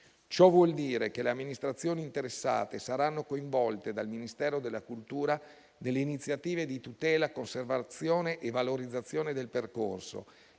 Ciò vuol dire che le amministrazioni interessate saranno coinvolte dal Ministero della cultura nelle iniziative di tutela, conservazione e valorizzazione del percorso